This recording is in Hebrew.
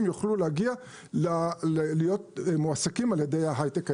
יוכלו להגיע להיות מועסקים על-ידי ההיי-טק הישראלי.